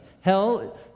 hell